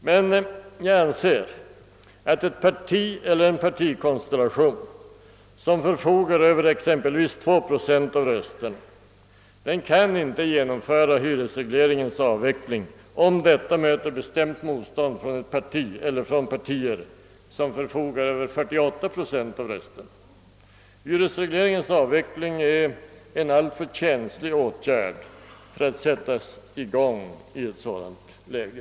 Men jag anser att ett parti eller en partikonstellation som förfogar över exempelvis 52 procent av rösterna inte kan genomföra en avveckling av hyresregleringen, om detta möter bestämt motstånd från ett parti eller partier, som förfogar över 48 procent av rösterna. Hyresregleringens avveckling är en alltför känslig åtgärd för att sättas i gång i ett sådant läge.